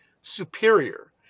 superior